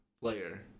player